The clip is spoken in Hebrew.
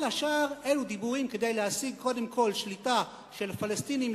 כל השאר אלה דיבורים כדי להשיג קודם כול שליטה של פלסטינים,